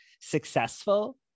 successful